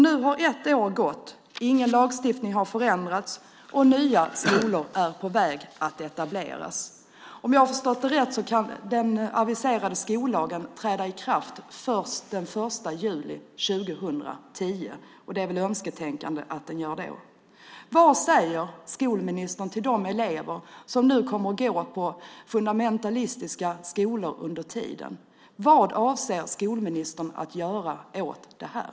Nu har ett år gått. Ingen lagstiftning har förändrats, och nya skolor är på väg att etableras. Om jag har förstått det rätt kan den aviserade skollagen träda i kraft först den 1 juli 2010, och det är väl önsketänkande att den gör det. Vad säger utbildningsministern till de elever som nu kommer att gå på fundamentalistiska skolor under tiden? Vad avser utbildningsministern att göra åt det här?